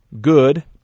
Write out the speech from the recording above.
good